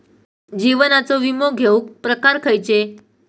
जीवनाचो विमो घेऊक प्रकार खैचे?